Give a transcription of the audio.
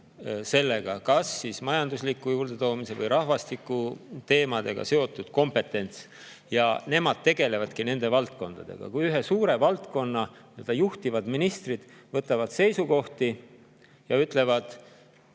on kas siis majandus- või rahvastikuteemadega seotud kompetents ja nemad tegelevadki nende valdkondadega. Kui suuri valdkondi juhtivad ministrid võtavad seisukohti ja ütlevad,